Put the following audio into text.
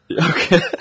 Okay